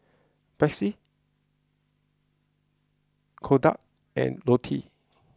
Betsy Kodak and Lotte